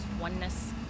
oneness